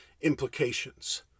implications